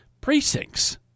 precincts